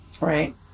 Right